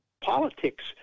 politics